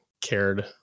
cared